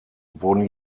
wurden